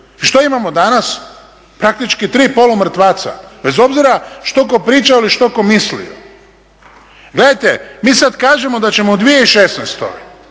i što imamo danas? Praktički tri polumrtvaca. Bez obzira što tko priča ili što tko mislio. Gledajte, mi sad kažemo da ćemo u 2016.